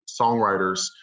songwriters